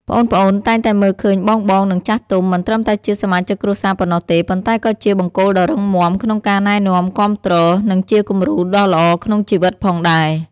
ប្អូនៗតែងតែមើលឃើញបងៗ និងចាស់ទុំ មិនត្រឹមតែជាសមាជិកគ្រួសារប៉ុណ្ណោះទេ ប៉ុន្តែក៏ជា បង្គោលដ៏រឹងមាំ ក្នុងការណែនាំ គាំទ្រ និងជាគំរូដ៏ល្អក្នុងជីវិតផងដែរ។